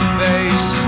face